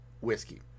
Whiskey